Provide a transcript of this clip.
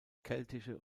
keltische